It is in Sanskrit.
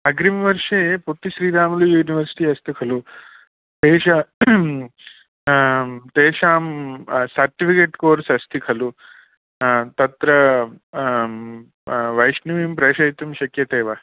अग्रिं वर्षे पुत्तिश्रीरामुलु यूनिवर्सिटि अस्ति खलु तेषां सर्टिफ़िकेट् कोर्स् अस्ति खलु तत्र आं वैष्णवीं प्रेषयितुं शक्यते वा